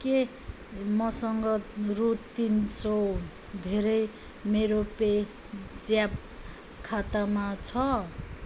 के मसँग रु तिन सौ धेरै मेरो पे ज्याप खातामा छ